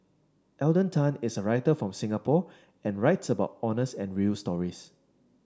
Alden Tan is a writer from Singapore and writes about honest and real stories